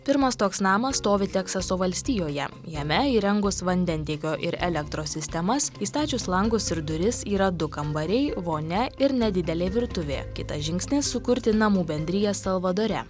pirmas toks namas stovi teksaso valstijoje jame įrengus vandentiekio ir elektros sistemas įstačius langus ir duris yra du kambariai vonia ir nedidelė virtuvė kitas žingsnis sukurti namų bendriją salvadore